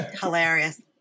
Hilarious